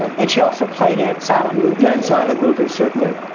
and she also played at silent movies? and silent movies, certainly.